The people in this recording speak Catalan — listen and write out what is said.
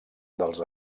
dels